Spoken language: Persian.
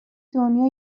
دنیا